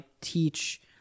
teach